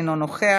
אינו נוכח,